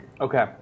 Okay